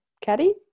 Caddy